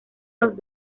los